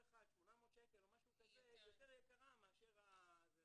אחד 800 שקל או משהו כזה היא יותר יקרה מאשר זה.